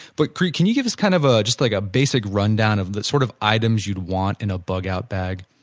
but creek, can you give us kind of a just like a basic rundown of sort of items you would want in a bug-out bag?